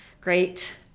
great